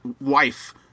wife